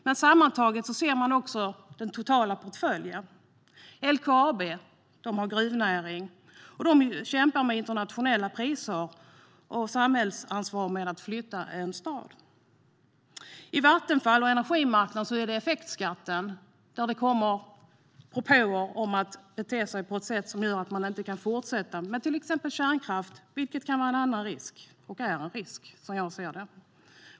Men sammantaget ser man den totala portföljen. LKAB har gruvnäring och kämpar med internationella priser och samhällsansvar för att flytta en stad. I Vattenfall och på energimarknaden kommer det beträffande effektskatten propåer som gör att man inte kan fortsätta med till exempel kärnkraft, vilket är en risk.